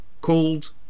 called